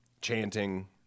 chanting